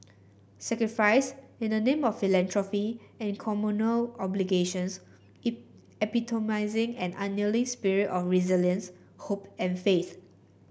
sacrifices in the name of philanthropy and communal obligations epitomising an unyielding spirit of resilience hope and faith